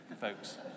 folks